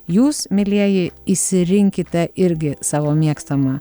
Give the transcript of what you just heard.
jūs mielieji išsirinkite irgi savo mėgstamą